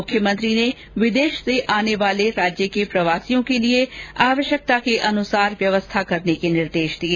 मुख्यमंत्री ने विदेश से आने वाले राज्य के प्रवासियों के लिए आवश्यकतानुसार व्यवस्था करने के निर्देश दिए